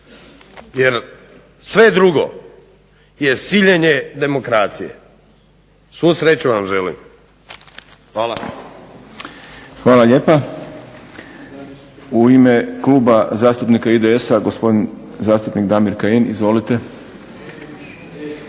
Jer sve drugo je siljenje demokracije. Svu sreću vam želim! Hvala. **Šprem, Boris (SDP)** Hvala lijepa. U ime Kluba zastupnika IDS-a gospodin zastupnik Damir Kajin. Izvolite.